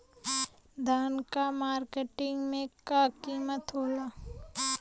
धान क मार्केट में का कीमत होखेला?